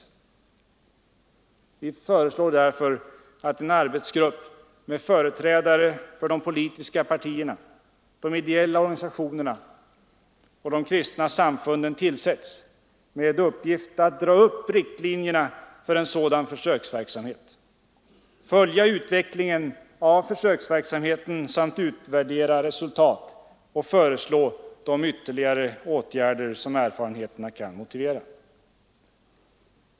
Vi föreslår att en arbetsgrupp med företrädare för de politiska partierna, de ideella organisationerna och de kristna samfunden tillsätts med uppgift att dra upp riktlinjerna för en sådan försöksverksamhet, följa utvecklingen av försöksverksamheten samt utvärdera dess resultat och föreslå de ytterligare åtgärder som erfarenheterna kan motivera.